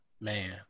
Man